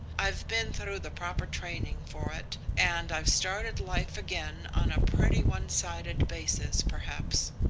i've been through the proper training for it, and i've started life again on a pretty one-sided basis, perhaps.